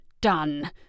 done